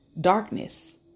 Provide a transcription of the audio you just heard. darkness